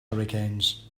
hurricanes